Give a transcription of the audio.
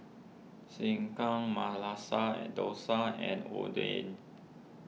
Sekihan Masala and Dosa and Oden